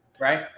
Right